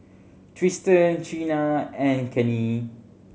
Tristen Chynna and Cannie